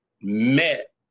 met